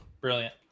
brilliant